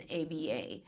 ABA